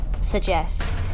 suggest